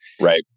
Right